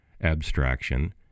abstraction